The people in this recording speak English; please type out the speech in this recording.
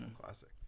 classic